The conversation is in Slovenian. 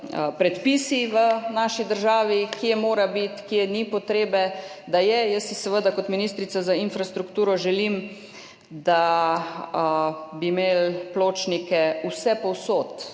predpisi v naši državi, kje mora biti, kje ni potrebe, da je. Jaz si seveda kot ministrica za infrastrukturo želim, da bi imeli pločnike vsepovsod,